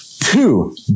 Two